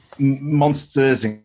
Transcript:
monsters